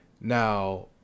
Now